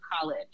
college